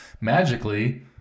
magically